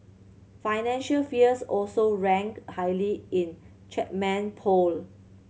financial fears also ranked highly in Chapman poll